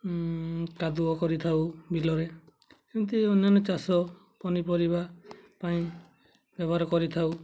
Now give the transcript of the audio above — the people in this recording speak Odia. କାଦୁଅ କରିଥାଉ ବିଲରେ ଏମିତି ଅନ୍ୟାନ୍ୟ ଚାଷ ପନିପରିବା ପାଇଁ ବ୍ୟବହାର କରିଥାଉ